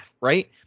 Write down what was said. right